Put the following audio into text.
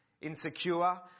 insecure